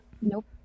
Nope